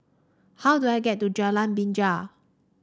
how do I get to Jalan Binja